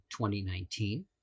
2019